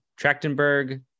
Trachtenberg